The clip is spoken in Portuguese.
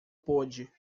pôde